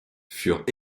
furent